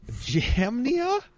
Jamnia